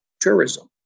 tourism